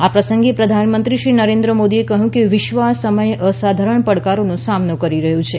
આ પ્રસંગે પ્રધાનમંત્રી શ્રી નરેન્સ મોદીએ કહ્યું કે વિશ્વ આ સમયે અસાધારણ પડકારોનો સામનો કરી રહ્યું છે